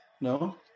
No